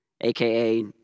AKA